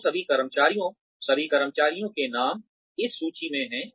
तो सभी कर्मचारियों सभी कर्मचारियों के नाम इस सूची में हैं